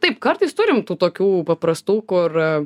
taip kartais turim tų tokių paprastų kur